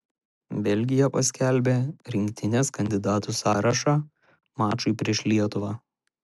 belgija paskelbė rinktinės kandidatų sąrašą mačui prieš lietuvą